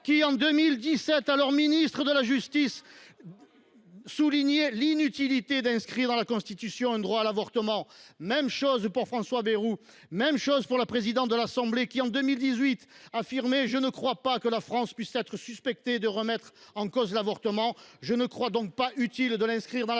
qui, en 2017, alors ministre de la justice, soulignait l’inutilité d’inscrire dans la Constitution un droit à l’avortement, tout comme François Bayrou et la présidente de l’Assemblée nationale qui, en 2018, affirmait :« Je ne crois pas que la France puisse être suspectée de remettre en cause l’avortement, je ne crois donc pas utile de l’inscrire dans la Constitution.